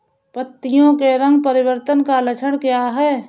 पत्तियों के रंग परिवर्तन का लक्षण क्या है?